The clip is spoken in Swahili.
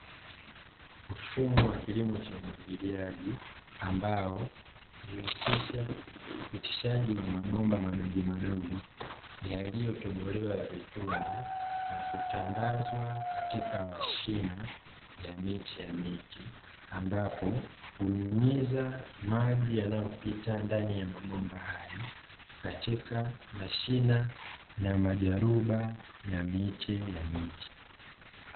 Mfumo wa kilimo cha umwagiliaji, ambao huusisha upitishaji wa mabomba madogomadogo yaliyotobolewa vitundu na kutandazwa katika mashina ya miche ya miti, ambapo hunyunyiza maji yanayopita ndani ya mabomba hayo katika mashina na majaruba ya miche ya miti.